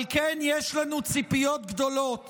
אבל כן יש לנו ציפיות גדולות